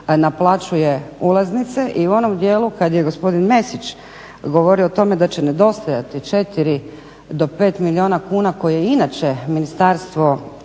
naplaćuje ulaznice i u onom dijelu kad je gospodin Mesić govorio o tome da će nedostajati 4-5 milijuna kuna koje je inače ministarstvo